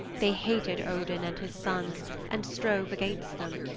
they hated odin and his sons and strove against them.